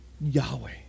Yahweh